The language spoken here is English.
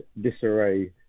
disarray